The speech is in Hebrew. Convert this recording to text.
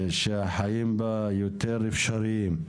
שהחיים בה יותר אפשריים.